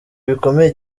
bikomeye